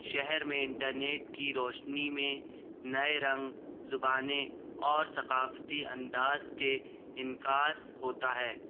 شہر میں internet کی روشنی میں نئے رنگ زبانیں اور ثقافتی انداز کے انعکاس ہوتا ہے